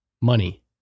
Money